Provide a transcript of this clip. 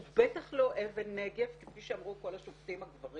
היא בטח לא אבן נגף, כפי שאמרו כל השופטים הגברים